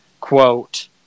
quote